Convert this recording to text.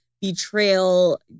betrayal